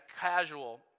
casual